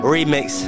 Remix